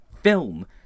film